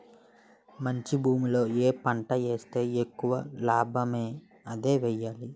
మంచి భూమిలో ఏ పంట ఏస్తే ఎక్కువ లాభమో అదే ఎయ్యాలి